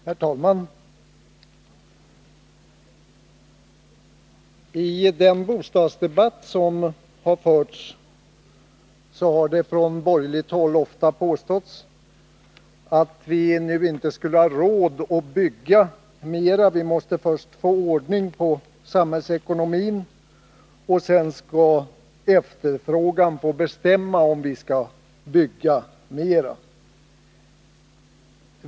Herr talman! I den bostadsdebatt som har förts har det från borgerligt håll ofta påståtts att vi nu inte skulle ha råd att bygga mera. Man har anfört att vi först måste få ordning på samhällsekonomin, och sedan får efterfrågan bestämma om vi skall bygga mera.